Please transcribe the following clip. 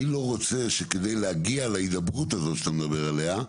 אני לא רוצה שכדי להגיע להידברות הזאת שאתה מדבר עליה,